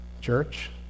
church